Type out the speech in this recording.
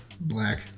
Black